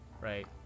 Right